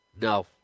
No